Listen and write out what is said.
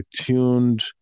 tuned